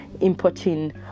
importing